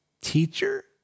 teacher